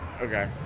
Okay